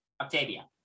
Octavia